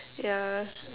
yeah